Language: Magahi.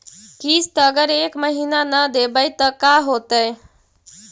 किस्त अगर एक महीना न देबै त का होतै?